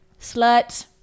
slut